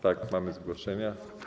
Tak, mamy zgłoszenia.